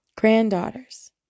granddaughters